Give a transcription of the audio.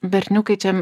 berniukai čia